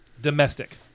Domestic